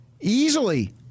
easily